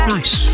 Nice